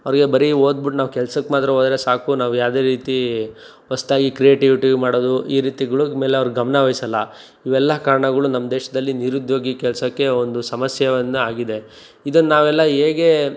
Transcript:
ಅವರಿಗೆ ಬರೀ ಓದ್ಬಿಟ್ಟು ನಾವು ಕೆಲ್ಸಕ್ಕೆ ಮಾತ್ರ ಹೋದ್ರೆ ಸಾಕು ನಾವು ಯಾವುದೇ ರೀತಿ ಹೊಸದಾಗಿ ಕ್ರಿಯೇಟಿವಿಟಿ ಮಾಡೋದು ಈ ರೀತಿಗಳು ಮೇಲೆ ಅವ್ರ ಗಮ್ನವಹಿಸಲ್ಲ ಇವೆಲ್ಲ ಕಾರಣಗಳು ನಮ್ಮ ದೇಶದಲ್ಲಿ ನಿರುದ್ಯೋಗಿ ಕೆಲಸಕ್ಕೆ ಒಂದು ಸಮಸ್ಯೆಯನ್ನು ಆಗಿದೆ ಇದನ್ನು ನಾವೆಲ್ಲ ಹೇಗೆ